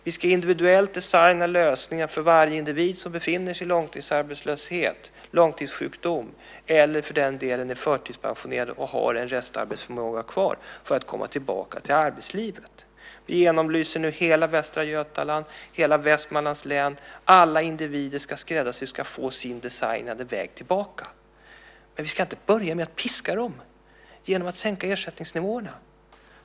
Vi ska designa individuella lösningar för varje individ som befinner sig i långtidsarbetslöshet, långtidssjukdom eller för den delen är förtidspensionerad och har en restarbetsförmåga kvar för att komma tillbaka till arbetslivet. Vi genomlyser nu hela Västra Götaland och hela Västmanlands län. Alla individer ska få sin skräddarsydda, designade väg tillbaka. Men vi ska inte börja med att piska dem genom att sänka ersättningsnivåerna.